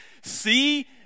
see